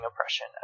oppression